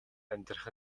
амьдрах